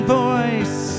voice